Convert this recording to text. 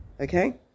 okay